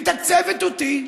מתקצבת אותי,